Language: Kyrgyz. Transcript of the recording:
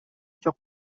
жок